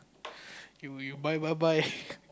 you you buy what buy